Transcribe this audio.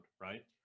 right